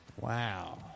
Wow